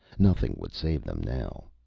nothing would save them now.